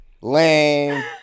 Lame